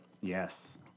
Yes